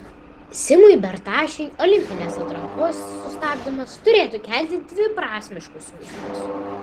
simui bertašiui olimpinės atrankos sustabdymas turėtų kelti dviprasmiškus jausmus